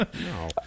No